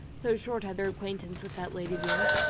so short had their acquaintance with that lady been,